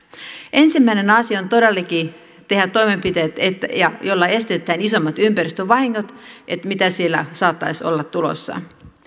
ensimmäinen asia on todellakin tehdä toimenpiteet joilla estetään isommat ympäristövahingot mitä siellä saattaisi olla tulossa